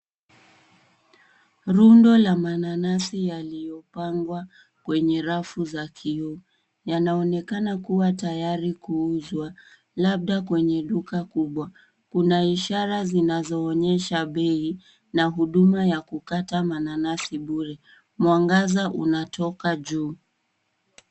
Rundo la mananasi yaliyopangwa kwenye rafu za kioo, yanaonekana kuwa tayari kuuzwa labda kwenye duka kubwa. Kuna ishara zinazoonyesha bei na huduma ya kukata mananasi bure. Mwangaza unatoka juu.